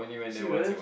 serious